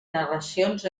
narracions